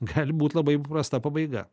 gali būt labai paprasta pabaiga